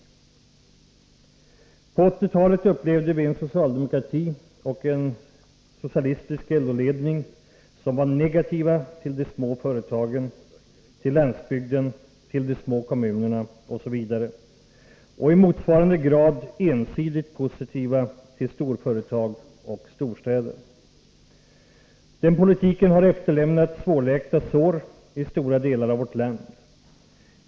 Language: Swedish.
På 1960-talet upplevde vi en socialdemokrati och en socialistisk LO-ledning som var negativa till de små företagen, till landsbygden, till de små kommunerna osv. — och i motsvarande grad ensidigt positiva till storföretag och storstäder. Den politiken har efterlämnat svårläkta sår i stora delar av vårt land.